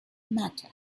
matter